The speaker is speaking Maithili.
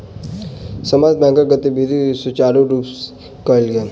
समस्त बैंकक गतिविधि सुचारु रूप सँ कयल गेल